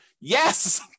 Yes